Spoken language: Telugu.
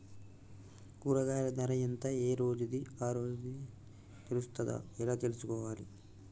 కూరగాయలు ధర ఎంత ఏ రోజుది ఆ రోజే తెలుస్తదా ఎలా తెలుసుకోవాలి?